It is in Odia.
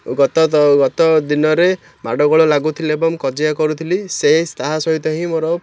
ଗତ ତ ଗତ ଦିନରେ ମାଡ଼ଗୋଳ ଲାଗୁଥିଲି ଏବଂ କଜିଆ କରୁଥିଲି ସେ ତାହା ସହିତ ହିଁ ମୋର